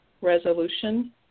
resolution